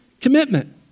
commitment